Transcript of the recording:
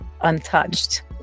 untouched